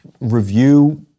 review